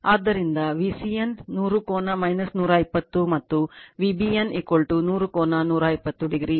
ಆದ್ದರಿಂದ VCN 100 ಕೋನ 120 ಮತ್ತು VBN 100 ಕೋನ 120 o